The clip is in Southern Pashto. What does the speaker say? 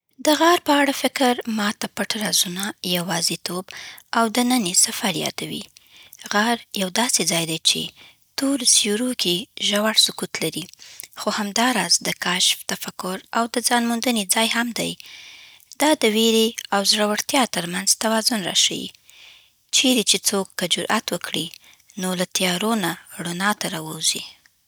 د غار په اړه فکر ما ته پټ رازونه، یوازیتوب، او دنني سفر یادوي. غار یو داسې ځای دی چې تورو سیوریو کې ژور سکوت لري، خو همداراز د کشف، تفکر، او د ځان موندنې ځای هم دی. دا د ویرې او زړورتیا ترمنځ توازن راښيي چیرې چې څوک که جرئت وکړي، نو له تیارو نه رڼا ته راووځي.